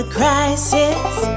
crisis